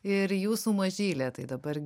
ir jūsų mažylė tai dabar